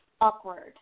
awkward